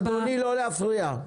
אדוני, לא להפריע.